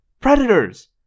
Predators